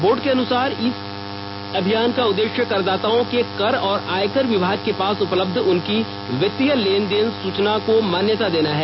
board के अनुसार e अभियान का उद्देश्य करदाताओं के कर और आयकर विमाग के पास उपलब्ध उनकी वित्तीय लेन देन सूचना को मान्यता देना है